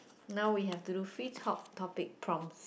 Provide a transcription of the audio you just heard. now we have to do flip hot topics from